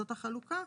זאת החלוקה.